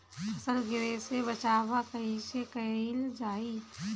फसल गिरे से बचावा कैईसे कईल जाई?